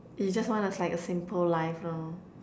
you just want is like a simple life lor